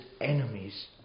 enemies